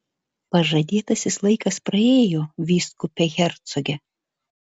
pažadėtasis laikas praėjo vyskupe hercoge